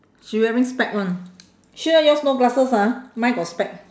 she wearing spec [one] sure yours no glasses ah mine got spec